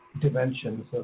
dimensions